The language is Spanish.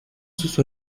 sus